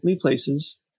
places